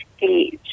age